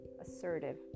assertive